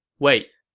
wait,